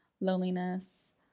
loneliness